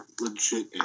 legit